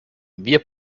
wir